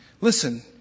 Listen